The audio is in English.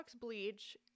bleach